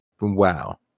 wow